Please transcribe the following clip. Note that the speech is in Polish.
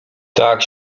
tak